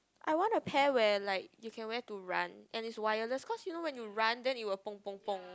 I want a pair where like you can wear to run and is wireless cause you know when you run then it will